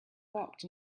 walked